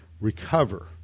recover